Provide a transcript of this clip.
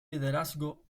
liderazgo